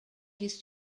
his